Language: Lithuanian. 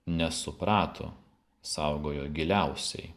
nesuprato saugojo giliausiai